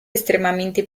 estremamente